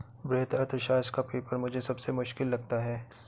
वृहत अर्थशास्त्र का पेपर मुझे सबसे मुश्किल लगता है